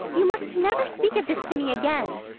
you must never speak of this to me again.